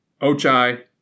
Ochai